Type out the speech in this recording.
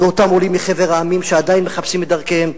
אותם עולים מחבר העמים שעדיין מחפשים את דרכם.